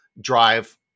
drive